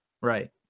Right